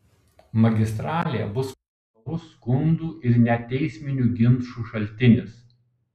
magistralė bus pastovus skundų ir net teisminių ginčų šaltinis